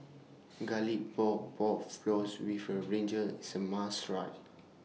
Garlic Pork and Pork Floss with Brinjal IS A must Try